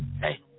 hey